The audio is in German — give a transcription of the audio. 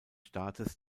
staates